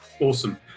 awesome